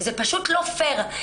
זה פשוט לא פייר.